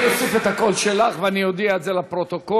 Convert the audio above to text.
אני אוסיף את הקול שלך ואני אודיע את זה לפרוטוקול.